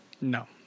No